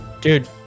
Dude